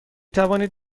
توانید